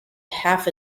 half